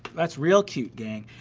that's real cute, gang.